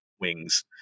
wings